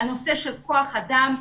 הנושא של כוח אדם,